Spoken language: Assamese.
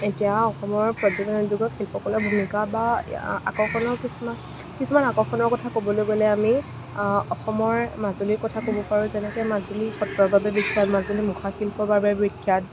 এতিয়া অসমৰ পৰ্যটনৰ উদ্য়েগত শিল্পকলাৰ ভূমিকা বা আকৰ্ষণৰ কিছুমান কিছুমান আকৰ্ষণৰ কথা ক'বলৈ গ'লে আমি অসমৰ মাজুলীৰ কথা ক'ব পাৰো যেনেকৈ মাজুলী সত্ৰৰ বাবে বিখ্যাত মাজুলী মুখা শিল্পৰ বাবে বিখ্যাত